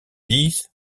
dix